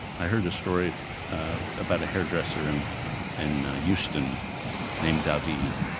i heard a story about a hairdresser in and houston named daveed,